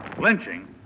Lynching